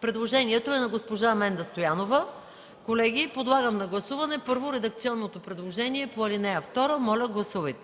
Предложението е на госпожа Менда Стоянова. Колеги, подлагам на гласуване, първо, редакционното предложение по ал. 2. Гласували